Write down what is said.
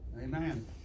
Amen